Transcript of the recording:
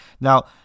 now